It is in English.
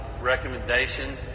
recommendation